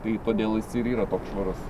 tai todėl jis ir yra toks švarus